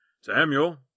Samuel